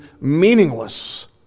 meaningless